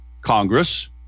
Congress